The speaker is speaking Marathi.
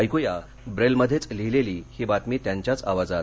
ऐकूया ब्रेल मध्येच लिहीलेली ही बातमी त्यांच्याच आवाजात